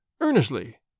earnestly